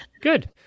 good